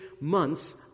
months